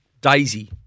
Daisy